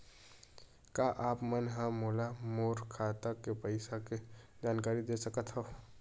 का आप मन ह मोला मोर खाता के पईसा के जानकारी दे सकथव?